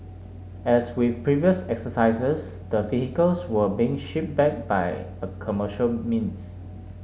as with previous exercises the vehicles were being ship back by commercial means